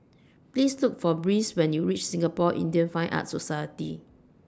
Please Look For Bryce when YOU REACH Singapore Indian Fine Arts Society